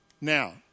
Now